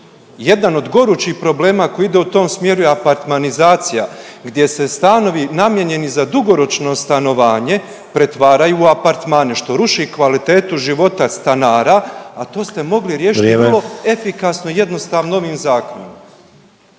Jedan od gorućih problema koji ide u tom smjeru je apartmanizacija gdje se stanovi namijenjeni za dugoročno stanovanje pretvaraju u apartmane što ruši kvalitetu života stanara, a to ste mogli riješit vrlo …/Upadica Sanader: Vrijeme./… efikasno i jednostavno ovim zakonom.